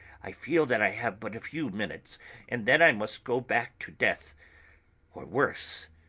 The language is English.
i feel that i have but a few minutes and then i must go back to death or worse!